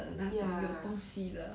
ya